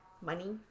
money